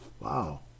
Wow